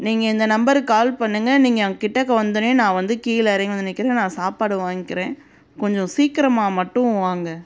நீங்கள் இந்த நம்பருக்கு கால் பண்ணுங்கள் நீங்கள் அங்கே கிட்டக்க வந்தோன்னே நான் வந்து கீழே இறங்கி வந்து நிற்கிறேன் நான் சாப்பாடு வாங்கிக்கிறேன் கொஞ்சம் சீக்கிரமா மட்டும் வாங்க